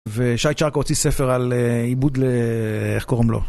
ושי צ'רקה הוציא ספר על עיבוד ל... איך קוראים לו?